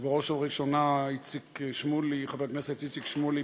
ובראש וראשונה חבר הכנסת איציק שמולי,